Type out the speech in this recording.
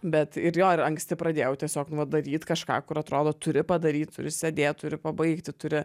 bet ir jo ir anksti pradėjau tiesiog nu vat daryt kažką kur atrodo turi padaryt turi sėdėt turi pabaigt turi